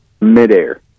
midair